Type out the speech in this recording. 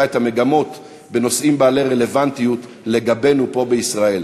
את המגמות בנושאים בעלי רלוונטיות לגבינו פה בישראל.